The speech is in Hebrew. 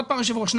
היושב ראש,